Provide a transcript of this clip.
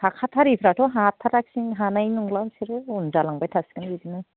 हाखाथारिफ्राथ' हाथाराखैनो हानाय नंला बिसोरो उन जालांबाय थासिगोन बिदिनो